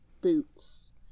boots